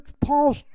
Paul